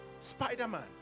spider-man